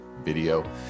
video